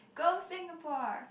go Singapore